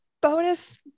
bonus